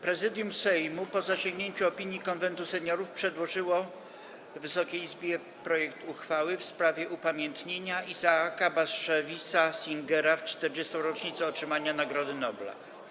Prezydium Sejmu, po zasięgnięciu opinii Konwentu Seniorów, przedłożyło Wysokiej Izbie projekt uchwały w sprawie upamiętnienia Isaaca Bashevisa Singera w 40. rocznicę otrzymania Nagrody Nobla.